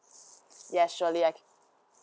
yes surely I can